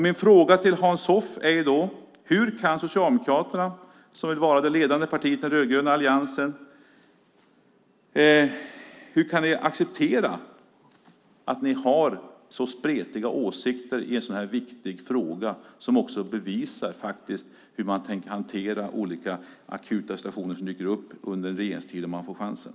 Min fråga till Hans Hoff är: Hur kan Socialdemokraterna som vill vara det ledande partiet i den rödgröna alliansen acceptera att ni har så spretiga åsikter i en så här viktig fråga som också bevisar hur man tänker hantera olika akuta situationer som dyker upp under en regeringstid om man får chansen?